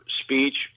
speech